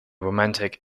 romantic